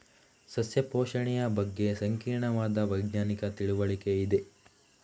ಸಸ್ಯ ಪೋಷಣೆಯ ಬಗ್ಗೆ ಸಂಕೀರ್ಣವಾದ ವೈಜ್ಞಾನಿಕ ತಿಳುವಳಿಕೆ ಇದೆ